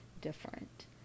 different